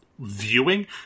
viewing